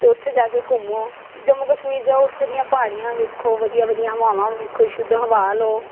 ਅਤੇ ਉੱਥੇ ਜਾ ਕੇ ਘੁੰਮੋ ਜੰਮੂ ਕਸ਼ਮੀਰ ਜਾਓ ਉੱਥੋਂ ਦੀਆਂ ਪਹਾੜੀਆਂ ਵੇਖੋ ਵਧੀਆ ਵਧੀਆ ਹਵਾਵਾਂ ਵੇਖੋ ਸ਼ੁੱਧ ਹਵਾ ਲਓ